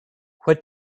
what